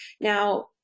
Now